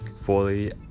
fully